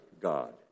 God